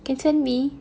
can send me